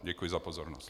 Děkuji za pozornost.